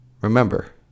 remember